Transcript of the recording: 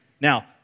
Now